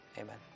Amen